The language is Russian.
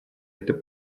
это